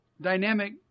dynamic